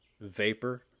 vapor